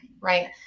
Right